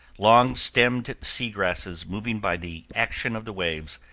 long-stemmed sea grasses moving by the action of the waves,